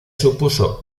supuso